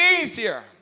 easier